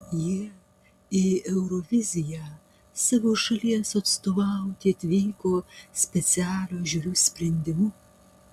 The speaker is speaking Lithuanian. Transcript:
jie į euroviziją savo šalies atstovauti atvyko specialios žiuri sprendimu